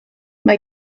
mae